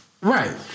right